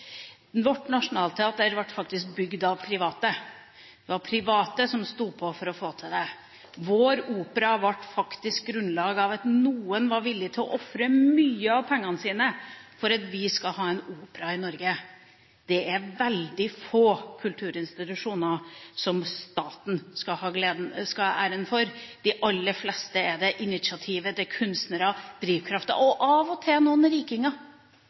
ble faktisk bygd av private – det var private som sto på for å få det til. Når det gjelder vår opera, var faktisk noen villig til å ofre mye av pengene sine for at vi skal ha en opera i Norge. Det er veldig få kulturinstitusjoner som staten skal ha æren for, de aller fleste er blitt til etter initiativ, og med drivkraft, fra kunstnere – og av og til noen rikinger